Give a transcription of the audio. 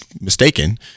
mistaken